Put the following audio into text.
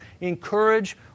encourage